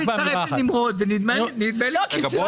אני רוצה